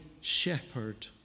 shepherd